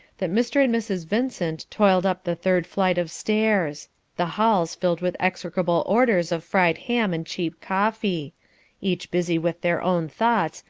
that mr. and mrs. vincent toiled up the third flight of stairs the halls filled with execrable odours of fried ham and cheap coffee each busy with their own thoughts,